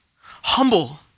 humble